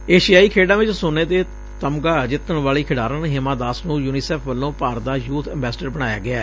ਏਸ਼ੀਆਈ ਖੇਡਾਂ ਚ ਸੋਨੇ ਦਾ ਤਮਗਾ ਜਿੱਤਣ ਵਾਲੀ ਖਿਡਾਰਨ ਹਿਮਾ ਦਾਸ ਨੂੰ ਯੂਨੀਸੈਫ਼ ਵੱਲੋਂ ਭਾਰਤ ਦਾ ਯੂਥ ਐਬੈਸੇਡਰ ਬਣਾਇਆ ਗਿਐ